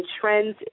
trends